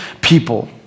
people